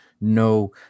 No